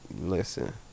Listen